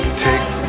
take